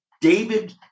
David